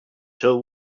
till